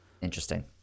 Interesting